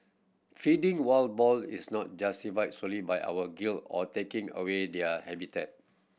feeding wild boar is not justified solely by our guilt of taking away their habitat